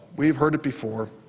we've heard it before.